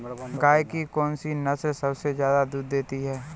गाय की कौनसी नस्ल सबसे ज्यादा दूध देती है?